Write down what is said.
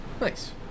Nice